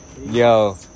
Yo